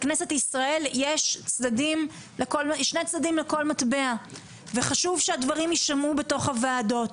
בכנסת ישראל יש שני צדדים לכל מטבע וחשוב שהדברים יישמעו בוועדות.